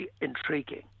intriguing